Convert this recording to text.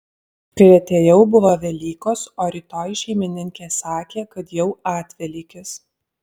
kai atėjau buvo velykos o rytoj šeimininkė sakė kad jau atvelykis